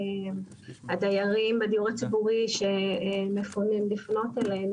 הדיירים מהדיור הציבורי שמפונים לפנות אלינו,